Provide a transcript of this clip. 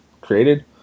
created